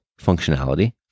functionality